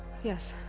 yes.